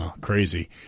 Crazy